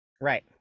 Right